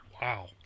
Wow